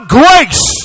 grace